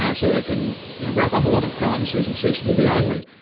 ah so they can wrap up a lot of crimes using cctv only.